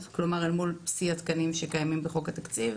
אל מול שיא התקנים שקיימים בחוק התקציב.